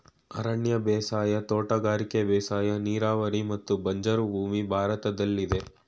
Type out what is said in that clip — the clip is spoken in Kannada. ಅರಣ್ಯ ಬೇಸಾಯ, ತೋಟಗಾರಿಕೆ ಬೇಸಾಯ, ನೀರಾವರಿ ಮತ್ತು ಬಂಜರು ಭೂಮಿ ಭಾರತದಲ್ಲಿದೆ